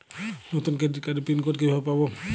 নতুন ক্রেডিট কার্ডের pin code কিভাবে পাব?